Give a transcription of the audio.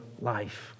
life